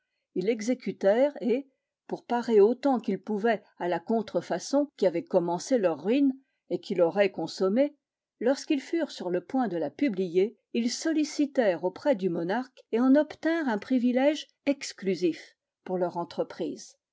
ils l'exécutèrent et pour parer autant qu'ils pouvaient à la contrefaçon qui avait commencé leur ruine et qui l'aurait consommée lorsqu'ils furent sur le point de la publier ils sollicitèrent auprès du monarque et en obtinrent un privilège exclusif pour leur entreprise